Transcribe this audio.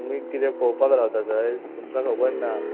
तुमी किदें पळोवपाक रावता थंय तुमकां खबर ना